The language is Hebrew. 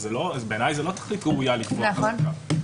בעיניי זאת לא תכלית ראויה לקבוע חזקה.